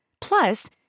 Plus